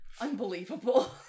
Unbelievable